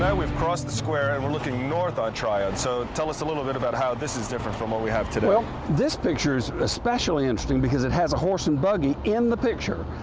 yeah we've crossed square and we're looking north on tryon. so tell us a little bit about how this is different from what we have today. well, this picture is especially interesting because it has a horse and buggy in the picture.